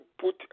put